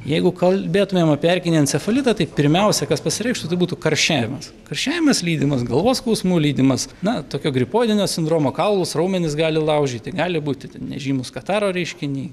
jeigu kalbėtumėm apie erkinį encefalitą tai pirmiausia kas pasireikštų tai būtų karščiavimas karščiavimas lydimas galvos skausmų lydimas na tokio gripodinio sindromo kaulus raumenis gali laužyti gali būti ten nežymūs kataro reiškiniai